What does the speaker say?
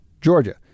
Georgia